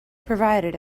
provided